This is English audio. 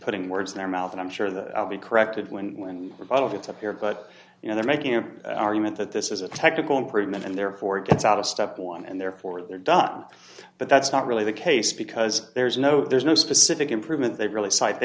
putting words in their mouth and i'm sure that i'll be corrected when we're part of it up here but you know they're making an argument that this is a technical improvement and therefore gets out of step one and therefore they're done but that's not really the case because there's no there's no specific improvement they really cite they